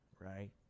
Right